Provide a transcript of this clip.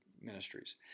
ministries